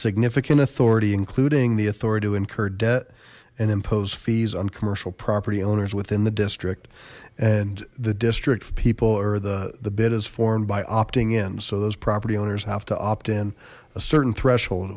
significant authority including the authority to incur debt and impose fees on commercial property owners within the district and the district people or the the bid is formed by opting in so those property owners have to opt in a certain threshold